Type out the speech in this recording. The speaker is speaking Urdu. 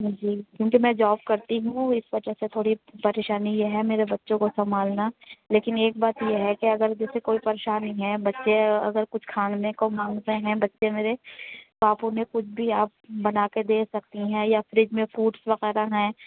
جی کیونکہ میں جاب کرتی ہوں اس وجہ سے تھوڑی پریشانی یہ ہے میرے بچوں کو سنبھالنا لیکن ایک بات یہ ہے کہ اگر جسے کوئی پریشانی ہے بچے اگر کچھ کھان میں کو مانگتے ہیں بچے میرے پاپو نے کچھ بھی آپ بنا کے دے سکتی ہیں یا فریج میں فوڈس وغیرہ ہیں